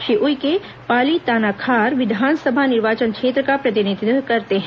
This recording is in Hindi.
श्री उइके पाली तानाखार विधानसभा निर्वाचन क्षेत्र का प्रतिनिधित्व करते हैं